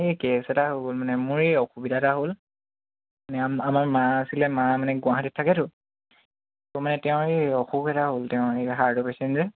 এই কেছ এটা হৈ গ'ল মানে মোৰ এই অসুবিধা এটা হ'ল মানে আমাৰ মা আছিলে মা মানে গুৱাহাটীত থাকেতো ত' মানে তেওঁ এই অসুবিধা হ'ল তেওঁ এই হাৰ্টৰ পেচেণ্ট যে